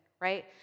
right